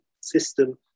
system